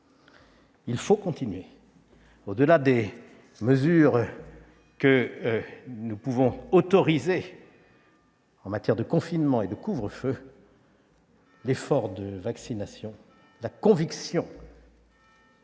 Il faut continuer, au-delà des mesures que nous pouvons autoriser en matière de confinement et de couvre-feu, l'effort de vaccination. La conviction,